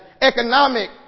economic